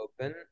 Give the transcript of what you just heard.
open